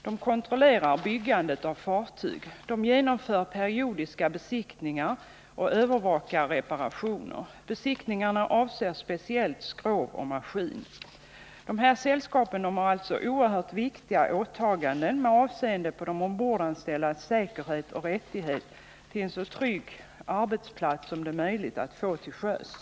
De kontrollerar byggandet av fartyg, genomför periodiska besiktningar och övervakar reparationer. Besiktningarna avser speciellt skrov och maskin. Klassificeringssällskapen har alltså oerhört viktiga åtaganden med avseende på de ombordanställdas säkerhet och rättighet till en så trygg arbetsplats som det är möjligt att få till sjöss.